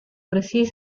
bersih